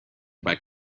back